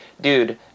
dude